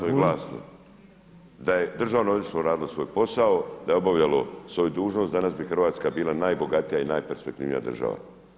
Jasno i glasno, da je Državno odvjetništvo radilo svoj posao, da je obavljalo svoju dužnost danas bi Hrvatska bila najbogatija i najperspektivnija država.